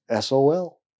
SOL